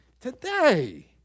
Today